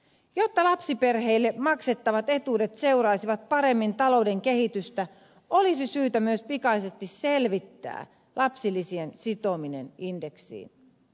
jotta lapsiperheille maksettavat etuudet seuraisivat paremmin talouden kehitystä olisi syytä myös pikaisesti selvittää lapsilisien sitominen indeksiin